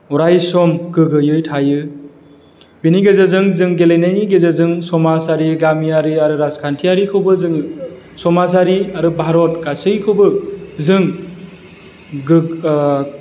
अराय सम गोग्गोयै थायो बिनि गेजेरजों जों गेलेनायनि गेजेरजों समाजारि गामियारि आरो राजखान्थियारिखौबो जोङो समाजारि आरो भारत गासैखौबो जों